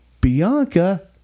Bianca